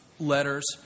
Letters